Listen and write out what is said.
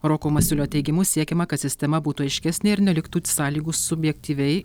roko masiulio teigimu siekiama kad sistema būtų aiškesnė ir neliktų sąlygų subjektyviai